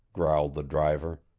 growled the driver.